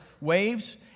waves